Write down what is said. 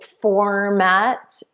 format